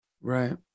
Right